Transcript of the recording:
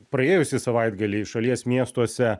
praėjusį savaitgalį šalies miestuose